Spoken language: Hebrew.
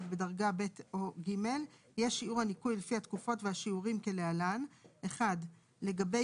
בדרגה ב' או ג' יהיה שיעור הניכוי לפי התקופות והשיעורים כלהלן: לגבי